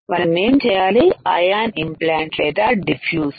మనమేం చేయాలిఅయాన్ ఇంప్లాంట్ లేదా డిఫ్యూజ్